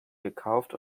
gekauft